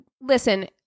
listen